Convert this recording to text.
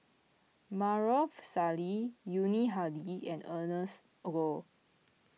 Maarof Salleh Yuni Hadi and Ernest Goh